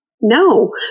No